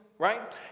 right